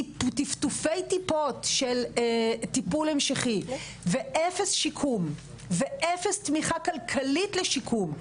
טפטופי טיפות של טיפולי המשכי ואפס שיקום ואפס תמיכה כלכלית לשיקום,